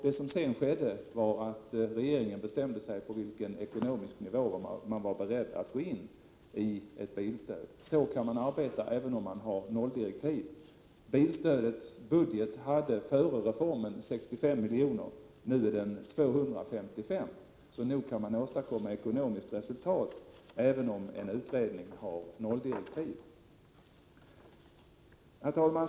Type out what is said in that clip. Det som sedan skedde var att regeringen bestämde sig för på vilken ekonomisk nivå den var beredd att gå in med ett bilstöd. Så kan man arbeta, även om man har nölldirektiv. Bilstödets budget var före reformen på 65 milj.kr. Nu är den på 255 milj.kr., så nog kan en utredning åstadkomma ekonomiskt resultat, även om den har nolldirektiv.